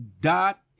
dot